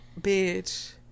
Bitch